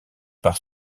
par